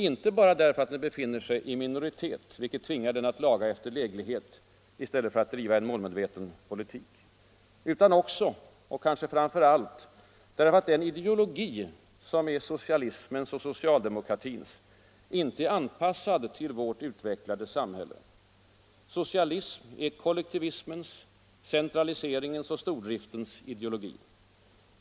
Inte bara därför att den befinner sig i minoritet, vilket tvingar den att laga efter läglighet i stället för att driva en målmedveten politik. Utan också — och kanske framför allt — därför att den ideologi som är socialismens och socialdemokratins inte är anpassad till vårt utvecklade samhälle. Socialism är kollektivismens, centraliseringens och stordriftens ideologi.